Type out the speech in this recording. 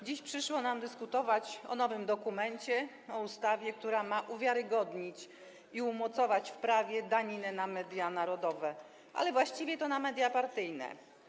Dziś przyszło nam dyskutować o nowym dokumencie, o ustawie, która ma uwiarygodnić i umocować w prawie daninę na media narodowe, ale właściwie to na media partyjne.